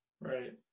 Right